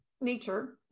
nature